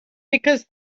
because